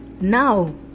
now